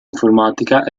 informatica